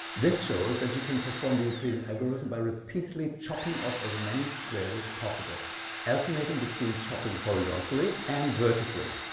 this shows that you can perform the euclidean algorithm by repeatedly chopping off as many squares as possible alternating between chopping horizontally and vertically.